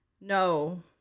no